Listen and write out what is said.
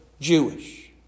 Jewish